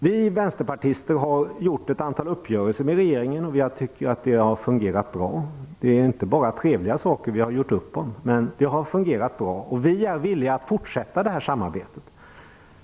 Vi vänsterpartister har träffat ett antal uppgörelser med regeringen, och jag tycker att det har fungerat bra. Det är inte bara trevliga saker vi har gjort upp om, men det har fungerat bra. Vi är villiga att fortsätta det samarbetet.